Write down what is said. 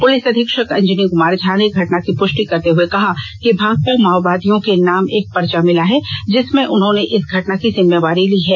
police अधीक्षक अंजनी कुमार झा ने घटना की पुष्टि करते हुए कहा कि भाकपा माओवादियों के नाम एक पर्चा मिला है जिसमें उन्होंने इस घटना की जिम्मेदारी ली है